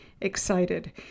excited